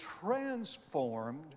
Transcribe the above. transformed